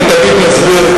אני תמיד מסביר,